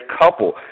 couple